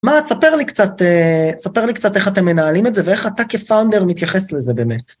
מה, תספר לי קצת איך אתם מנהלים את זה ואיך אתה כפאונדר מתייחס לזה באמת.